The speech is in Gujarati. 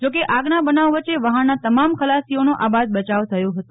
જોકે આગના બનાવ વચ્ચે વહાણના તમામ ખલાસીઓનો આબાદ બચાવ થયો હતો